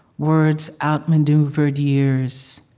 words outmaneuvered years,